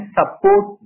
support